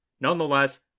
Nonetheless